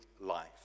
life